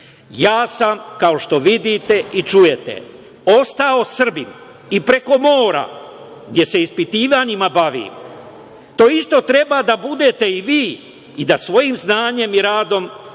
„Ja sam, kao što vidite i čujete, ostao Srbin i preko mora, jer se ispitivanjima bavim. To isto treba da budete i vi i da svojim znanjem i radom podižete